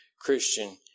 Christian